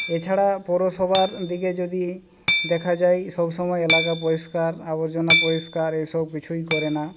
এছাড়া পুরসভার দিকে যদি দেখা যায় সবসময় এলাকা পরিষ্কার আবর্জনা পরিষ্কার এসব কিছুই করে না